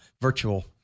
virtual